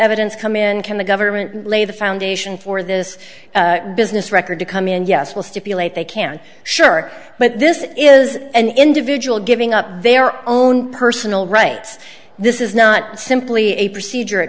evidence come in can the government lay the foundation for this business record to come in and yes will stipulate they can sure but this is an individual giving up their own personal rights this is not simply a procedure a